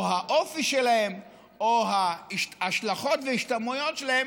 או האופי שלהם או ההשלכות וההשתמעויות שלהם,